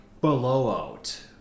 blowout